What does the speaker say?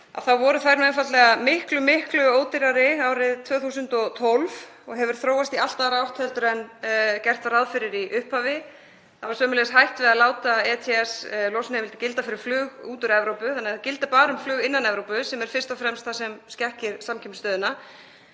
þær voru einfaldlega miklu ódýrari árið 2012 og það hefur þróast í allt aðra átt en gert var ráð fyrir í upphafi. Það var sömuleiðis hætt við að láta ETS-losunarheimildir gilda fyrir flug út úr Evrópu þannig að þær gilda bara um flug innan Evrópu og það er fyrst og fremst það sem skekkir samkeppnisstöðuna,